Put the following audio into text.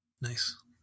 Nice